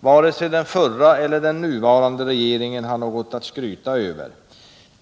Varken den förra eller den nuvarande regeringen har något att skryta över.